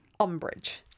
Umbridge